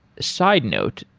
side note,